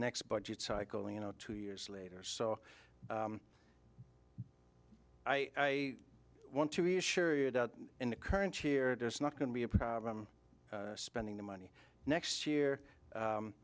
next budget cycle you know two years later so i want to be assured out in the current year there's not going to be a problem spending the money next year